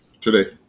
today